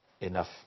Enough